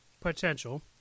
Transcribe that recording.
potential